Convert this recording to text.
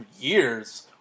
years